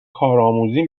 کارآموزی